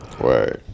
Right